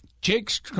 Jake's –